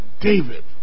David